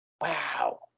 Wow